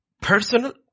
personal